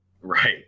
Right